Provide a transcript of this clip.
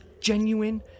genuine